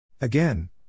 Again